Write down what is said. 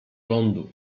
lądu